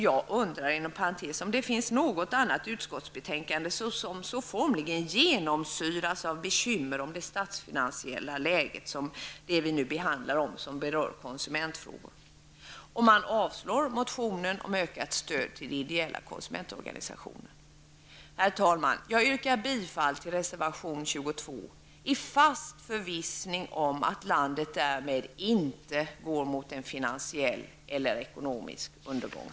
Jag undrar, inom parentes sagt, om det finns något annat utskottsbetänkande som så formligen genomsyras av bekymmer om det statsfinansiella läget som det betänkande vi behandlar nu och som berör konsumentfrågor. Herr talman! Jag yrkar bifall till reservation 22, i fast förvissning om att landet därmed inte går mot en finansiell eller ekonomisk undergång.